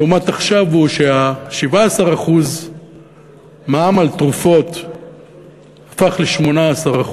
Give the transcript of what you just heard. לעומת עכשיו, הוא ש-17% מע"מ על תרופות הפך ל-18%.